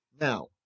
Now